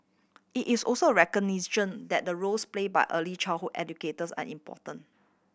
it is also recognition that the roles play by early childhood educators are important